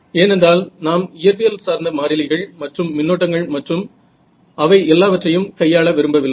ஏனென்றால் நாம் இயற்பியல் சார்ந்த மாறிலிகள் மற்றும் மின்னோட்டங்கள் மற்றும் அவை எல்லாவற்றையும் கையாள விரும்பவில்லை